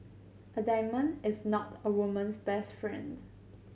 a diamond is not a woman's best friend